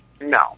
No